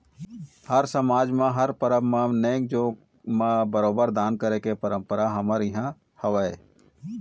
हर समाज म हर परब म नेंग जोंग म बरोबर दान करे के परंपरा हमर इहाँ हवय